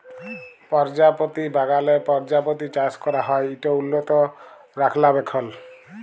পরজাপতি বাগালে পরজাপতি চাষ ক্যরা হ্যয় ইট উল্লত রখলাবেখল